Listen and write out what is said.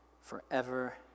forever